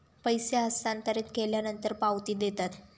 पैसे हस्तांतरित केल्यानंतर पावती देतात